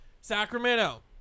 Sacramento